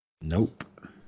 Nope